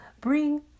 bring